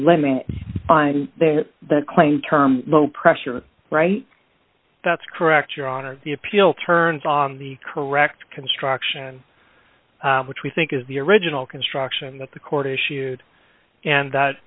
limit find the claimed term low pressure right that's correct your honor the appeal turns on the correct construction which we think is the original construction that the court issued and that